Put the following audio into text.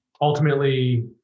Ultimately